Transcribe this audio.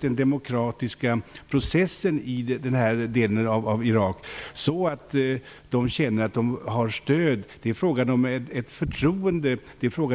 den demokratiska processen i den här delen av Irak, så att kurderna känner att de har stöd. Det är fråga om ett förtroende och en tillit.